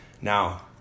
Now